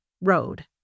road